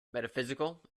metaphysical